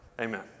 Amen